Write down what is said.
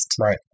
Right